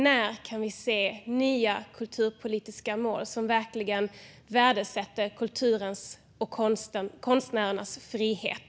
När kan vi se nya kulturpolitiska mål som verkligen värdesätter kulturens och konstnärernas frihet?